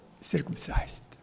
circumcised